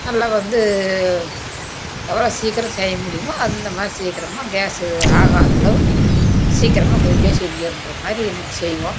நல்லா வந்து எவ்வளோ சீக்கிரம் செய்ய முடியுமோ அந்த மாதிரி சீக்கிரமா கேஸு ஆகாத அளவு சீக்கிரமா குயிக்காக செஞ்சோங்ற மாதிரி நாங்கள் செய்வோம்